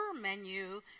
menu